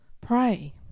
pray